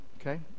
Okay